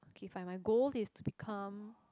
okay if my goal is to become